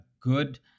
good